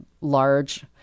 large